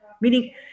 Meaning